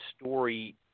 story